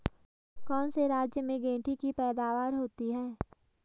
कौन से राज्य में गेंठी की पैदावार होती है?